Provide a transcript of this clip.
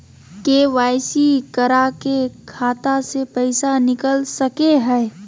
KYC करा के खाता से पैसा निकल सके हय?